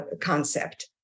concept